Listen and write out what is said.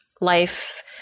life